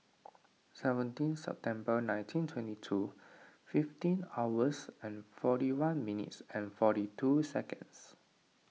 seventeen September nineteen twenty two fifteen hours and forty one minutes and forty two seconds